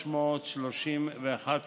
6,331 שקלים,